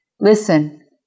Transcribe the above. listen